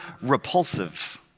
repulsive